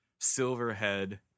Silverhead